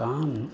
तान्